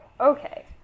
Okay